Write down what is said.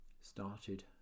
started